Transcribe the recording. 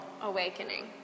awakening